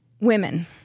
women